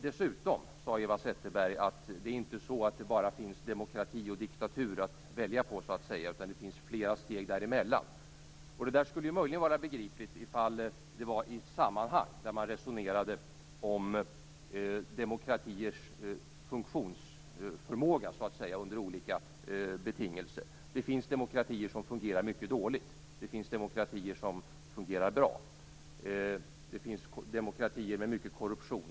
Dessutom sade Eva Zetterberg att det inte bara finns demokrati och diktatur att välja mellan utan att det finns flera steg däremellan. Det skulle möjligen vara begripligt om det var i ett sammanhang där man resonerade om demokratiers funktionsförmåga under olika betingelser. Det finns demokratier som fungerar mycket dåligt. Det finns demokratier som fungerar bra. Det finns demokratier med mycket korruption.